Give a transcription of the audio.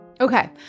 Okay